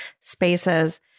spaces